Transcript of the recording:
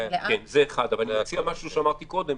זו שאלה